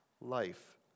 life